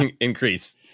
increase